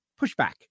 pushback